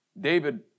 David